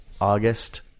August